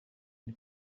and